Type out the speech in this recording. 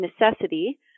necessity